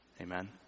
Amen